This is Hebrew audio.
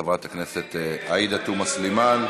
חברת הכנסת עאידה תומא סלימאן,